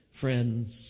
friends